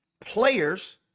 players